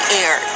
air